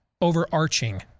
overarching